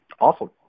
Awesome